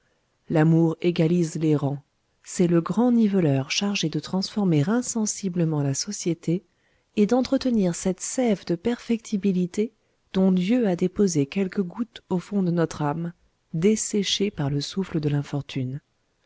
l'amour égalise les rangs c'est le grand niveleur chargé de transformer insensiblement la société et d'entretenir cette sève de perfectibilité dont dieu a déposé quelques gouttes au fond de notre âme desséchée par le souffle de l'infortune